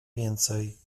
więcej